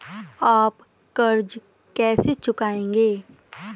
आप कर्ज कैसे चुकाएंगे?